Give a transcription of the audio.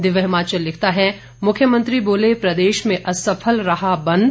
दिव्य हिमाचल लिखता है मुख्यमंत्री बोले प्रदेश में असफल रहा बंद